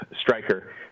striker